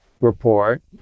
report